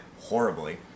horribly